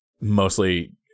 mostly